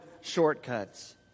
shortcuts